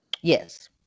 Yes